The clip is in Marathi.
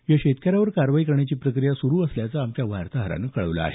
या शेतकऱ्यावर कारवाई करण्याची प्रक्रिया सुरु असल्याचं आमच्या वार्ताहरानं कळवंलं आहे